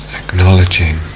acknowledging